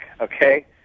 okay